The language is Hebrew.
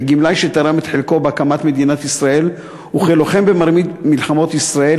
כגמלאי שתרם את חלקו בהקמת מדינת ישראל וכלוחם במרבית מלחמות ישראל,